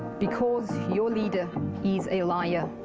because your leader is a liar.